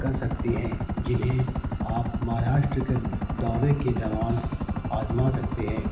کر سکتے ہیں جنہیں آپ مہاراشٹر کے دورے کے دوران آزما سکتے ہیں